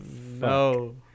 no